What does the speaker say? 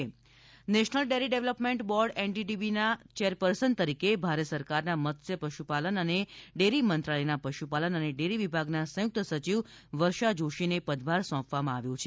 NDDB national dairy development board એનડીડીબીના chairperson તરીકે ભારત સરકારના મત્સ્ય પશુપાલન અને ડેરી મંત્રાલયના પશુપાલન અને ડેરી વિભાગના સંયુક્ત સચિવ વર્ષા જોશીને પદભાર સોંપવામાં આવ્યો છે